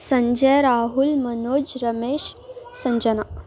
Sanjya Rahul Manoj Ramesh Sanjana